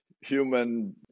human